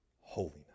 holiness